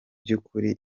by’ukuri